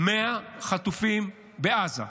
100 חטופים בעזה.